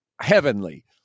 heavenly